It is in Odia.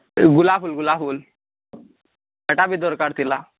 ଏ ଗୁଲାପ୍ ଫୁଲ୍ ଗୁଲାପ୍ ଫୁଲ୍ ଏଇଟା ବି ଦରକାର ଥିଲା